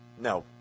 No